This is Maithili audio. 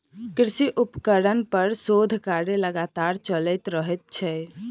कृषि उपकरण पर शोध कार्य लगातार चलैत रहैत छै